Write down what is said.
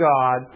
God